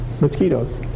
mosquitoes